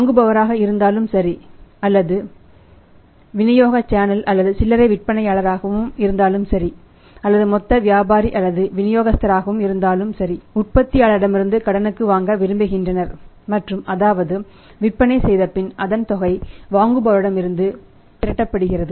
வாங்குபவராக இருந்தாலும் சரி அல்லது விநியோக சேனல் அதாவது சில்லரை விற்பனையாளரகவும் இருந்தாலும் சரி அல்லது மொத்த வியாபாரி அல்லது வினியோகஸ்தரகவும் இருந்தாலும் சரி உற்பத்தியாளரிடமிருந்து கடனுக்கு வாங்க விரும்புகின்றனர் மற்றும் அதாவது விற்பனை செய்தபின் அதன் தொகை வாங்குபவரிடம் இருந்து திரட்டப்படுகிறது